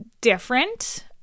different